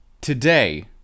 Today